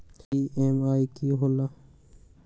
EMI की होला?